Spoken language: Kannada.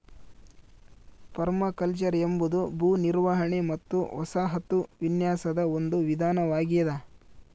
ಪರ್ಮಾಕಲ್ಚರ್ ಎಂಬುದು ಭೂ ನಿರ್ವಹಣೆ ಮತ್ತು ವಸಾಹತು ವಿನ್ಯಾಸದ ಒಂದು ವಿಧಾನವಾಗೆದ